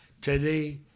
Today